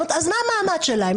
אז מה המעמד שלהם?